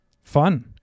fun